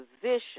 position